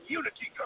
unity